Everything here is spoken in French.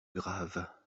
grave